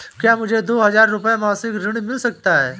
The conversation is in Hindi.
क्या मुझे दो हज़ार रुपये मासिक ऋण मिल सकता है?